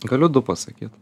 galiu du pasakyt